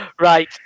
right